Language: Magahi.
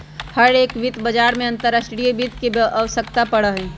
हर एक वित्त बाजार में अंतर्राष्ट्रीय वित्त के आवश्यकता पड़ा हई